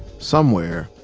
somewhere,